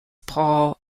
paul